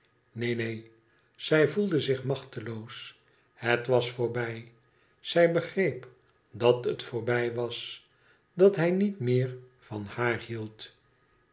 neen neen zij voelde zich machteloos het was voorbij zij begreep dat het voorbij was dat hij niet meer van haar hield